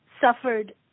suffered